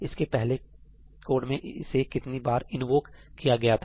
इसके पहले कोड में इसे कितने बार इन्वोक किया गया था